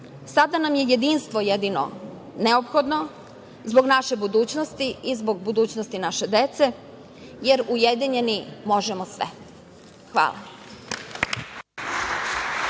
sada nam je jedinstvo jedino neophodno, zbog naše budućnosti i zbog budućnosti naše dece, jer ujedinjeni možemo sve. Hvala.